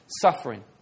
Suffering